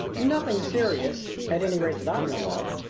nothing serious at any rate, that i know of,